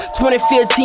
2015